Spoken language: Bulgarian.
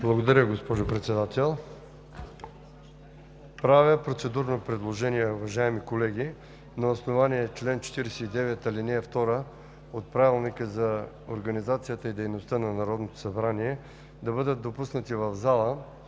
Благодаря Ви, госпожо Председател. Правя процедурно предложение, уважаеми колеги, на основание чл. 49, ал. 2 от Правилника за организацията и дейността на Народното събрание да бъдат допуснати в залата: